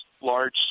large